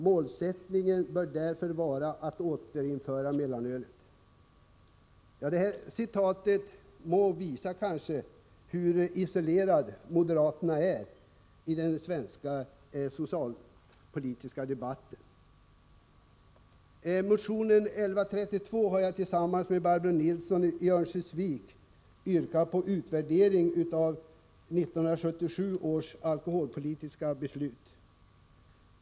Målsättningen bör därför vara att återinföra mellanölet.” Det här citatet visar kanske hur isolerade moderaterna är i den svenska socialpolitiska debatten. I motion 1132 har jag tillsammans med Barbro Nilsson i Örnsköldsvik yrkat på en utvärdering av 1977 års alkoholpolitiska beslut.